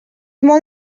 molt